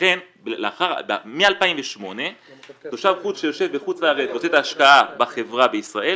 לכן מ-2008 תושב חוץ שיושב בחוץ לארץ ועושה את ההשקעה בחברה בישראל,